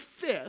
fifth